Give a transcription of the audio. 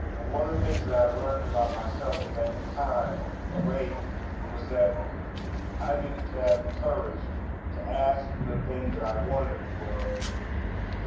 and one of the things that i learned about myself in that time away was that i needed to have the courage to ask the thing that i wanted in the world.